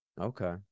Okay